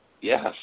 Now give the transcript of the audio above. Yes